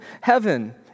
heaven